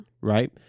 right